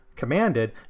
commanded